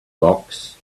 box